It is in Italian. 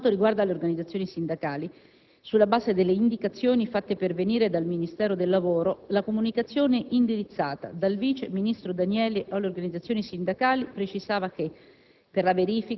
Per quanto riguarda le organizzazioni sindacali, sulla base delle indicazioni fatte pervenire dal Ministero del lavoro, la comunicazione indirizzata dal vice ministro Danieli alle organizzazioni sindacali precisava che